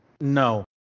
No